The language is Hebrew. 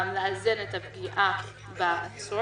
גם לאזן את הפגיעה בעצור.